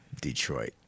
Detroit